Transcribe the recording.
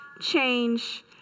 change